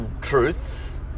truths